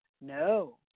no